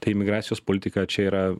tai imigracijos politika čia yra